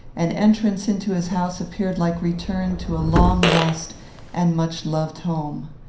and entrance into his house appeared like return to a long-lost and much-loved home.